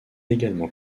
également